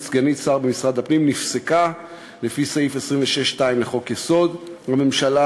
סגנית שר במשרד הפנים נפסקה לפי סעיף 26(2) לחוק-יסוד: הממשלה,